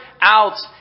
out